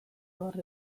barre